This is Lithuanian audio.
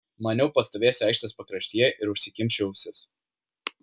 maniau pastovėsiu aikštės pakraštyje ir užsikimšiu ausis